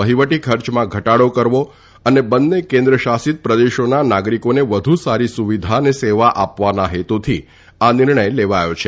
વહીવટી ખર્ચમાં ઘટાડો કરવો અને બંને કેન્દ્ર શાસિત પ્રદેશોના નાગરીકોને વધુ સારી સુવિધા અને સેવા આપવાના હેતુથી આ નિર્ણય લેવાયો છે